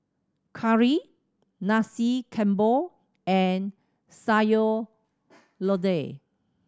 curry Nasi Campur and Sayur Lodeh